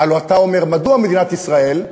הלוא אתה אומר, מדוע מדינת ישראל,